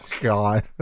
God